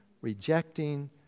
rejecting